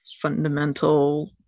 fundamental